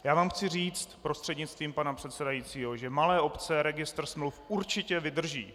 Já vám chci říct prostřednictvím pana předsedajícího, že malé obce registr smluv určitě vydrží.